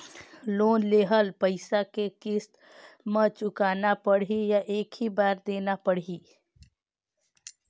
Loan लेहल पइसा के किस्त म चुकाना पढ़ही या एक ही बार देना पढ़ही?